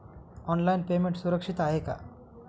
Online payment सुरक्षित आहे का?